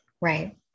Right